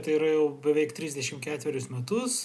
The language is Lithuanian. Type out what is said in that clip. tai yra jau beveik trisdešim ketverius metus